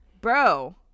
Bro